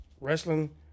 wrestling